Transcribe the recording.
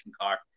car